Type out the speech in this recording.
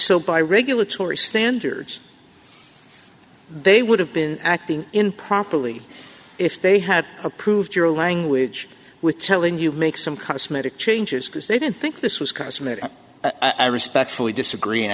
so by regulatory standards they would have been acting improperly if they had approved your language with telling you make some cosmetic changes because they didn't think this was cosmetic i respectfully disagree and